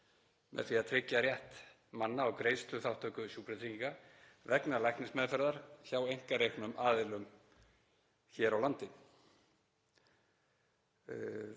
með því að tryggja rétt manna á greiðsluþátttöku Sjúkratrygginga vegna læknismeðferðar hjá einkareknum aðilum hér á landi.